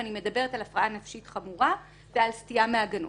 ואני מדברת על הפרעה נפשית חמורה ועל סטייה מהגנות.